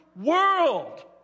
world